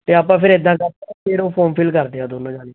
ਅਤੇ ਆਪਾਂ ਫਿਰ ਇੱਦਾਂ ਕਰਦੇ ਫਿਰ ਉਹ ਫੋਰਮ ਫਿਲ ਕਰਦੇ ਹਾਂ ਦੋਨੋਂ ਜਣੇ